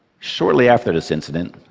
shortly after this incident,